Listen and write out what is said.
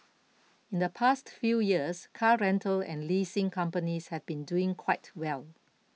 in the past few years car rental and leasing companies have been doing quite well